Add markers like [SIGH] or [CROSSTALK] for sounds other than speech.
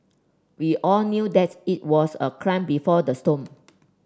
we all knew that's it was a calm before the storm [NOISE]